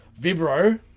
Vibro